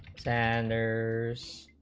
sanders